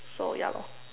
so ya lor